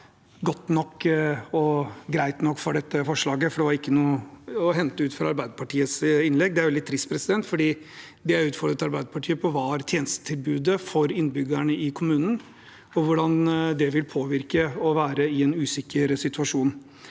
– godt nok og greit nok – for dette forslaget, for det var ikke noe å hente ut fra Arbeiderpartiets innlegg. Det er veldig trist, for det jeg utfordret Arbeiderpartiet på, var tjenestetilbudet for innbyggerne i kommunen og hvordan det vil påvirke dem å være i en usikker situasjon.